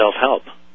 self-help